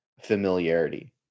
familiarity